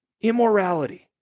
immorality